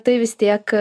tai vis tiek